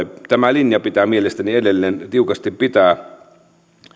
tämä linja tulee mielestäni edelleen tiukasti pitää